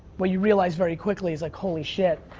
what you realize very quickly, is like, holy shit,